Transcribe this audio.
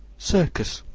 circus,